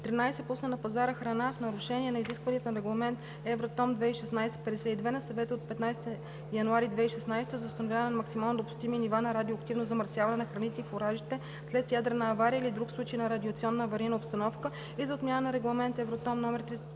13. пусне на пазара храна в нарушение на изискванията на Регламент (Евратом) 2016/52 на Съвета от 15 януари 2016 г. за установяване на максимално допустимите нива на радиоактивно замърсяване на храните и фуражите след ядрена авария или друг случай на радиационна аварийна обстановка и за отмяна на Регламент (Евратом) №